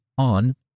on